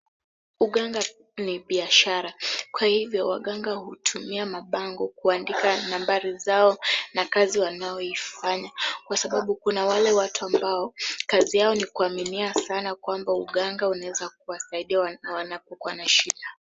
Uganga ni biashara kwa hivyo waganga hutumia na mabango kuandika nambari zao na kazi wanaoifanya kwa sababu kuna wale watu ambao kazi yao ni kuaminia sana kwamba uganga unaweza kuwasaidia wanapokuwa na shida.